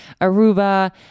Aruba